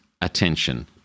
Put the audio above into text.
attention